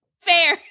fair